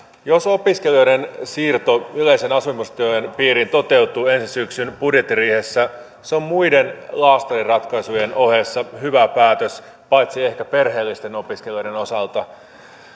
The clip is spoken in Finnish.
jos opiskelijoiden siirto yleisen asumistuen piiriin toteutuu ensi syksyn budjettiriihessä se on muiden laastariratkaisujen ohessa hyvä päätös paitsi ehkä perheellisten opiskelijoiden osalta